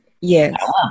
yes